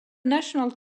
national